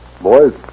Boys